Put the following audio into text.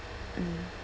mm